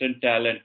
talent